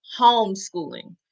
homeschooling